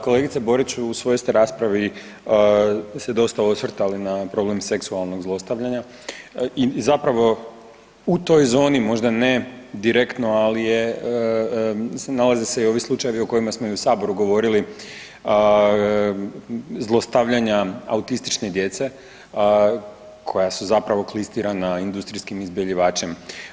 Kolegice Borić u svojoj ste raspravi se dosta osvrtali na problem seksualnog zlostavljanja i zapravo u toj zoni, možda ne direktno ali je nalaze se i ovi slučajevi o kojima smo i u Saboru govorili, zlostavljanja autistične djece koja su zapravo klistirana industrijskim izbjeljivačem.